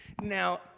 now